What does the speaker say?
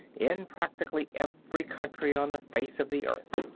in practically every country on the face of the earth.